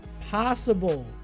possible